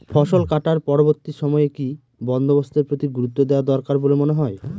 ফসলকাটার পরবর্তী সময়ে কি কি বন্দোবস্তের প্রতি গুরুত্ব দেওয়া দরকার বলে মনে হয়?